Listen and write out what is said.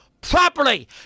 properly